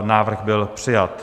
Návrh byl přijat.